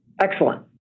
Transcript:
Excellent